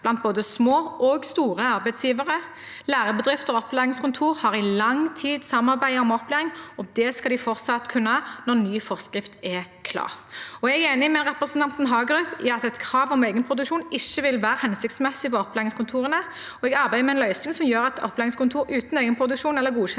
blant både små og store arbeidsgivere. Lærebedrifter og opplæringskontor har i lang tid samarbeidet om opplæring, og det skal de fortsatt kunne når ny forskrift er klar. Jeg er enig med representanten Hagerup i at et krav om egen produksjon ikke vil være hensiktsmessig for opplæringskontorene, og jeg arbeider med en løsning som gjør at opplæringskontor uten egen produksjon eller godkjenning